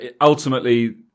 ultimately